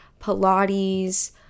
Pilates